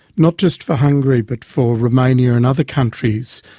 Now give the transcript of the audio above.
not just for hungary but for romania and other countries,